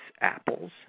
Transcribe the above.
apples